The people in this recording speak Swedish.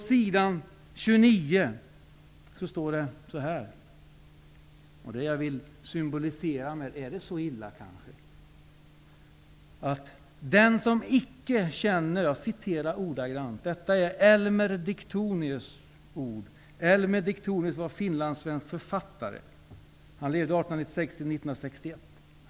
Är det så illa som det står på s. 29 i boken, andra upplagan? Orden är Elmer Diktonius, finlandssvensk författare, som levde 1896--1961.